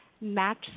match